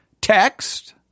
Text